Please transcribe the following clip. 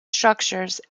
structures